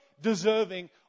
deserving